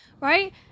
right